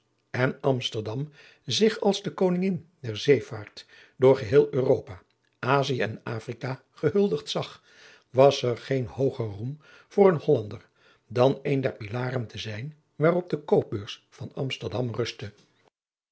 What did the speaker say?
en amsterdam zich als de koningin der zeevaart door geheel europa azië en afrika gehuldigd zag was er geen hooger roem voor een hollander dan een der pilaren te zijn waarop de koopbeurs van amsterdam rustte